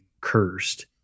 cursed